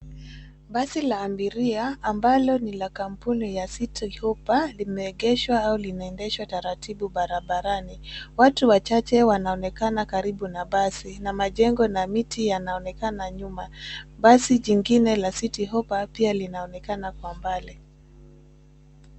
Basi la abiria amba la kampuni ya City Hopa limeegeshwa au limendeshwa taratibu barabarani Watu wachache wanaonekana karibu na basi na majengo na miti yanaonekana nyuma. Basi jingine la City Hoppa pia linaonekana kwa mbali.